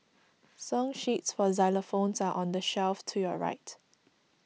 song sheets for xylophones are on the shelf to your right